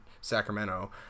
Sacramento